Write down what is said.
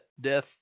death